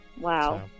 Wow